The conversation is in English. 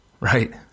Right